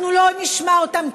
אנחנו לא נשמע אותם,